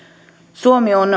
suomi on